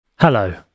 Hello